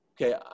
Okay